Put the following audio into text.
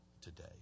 today